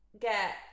get